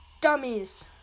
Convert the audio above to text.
dummies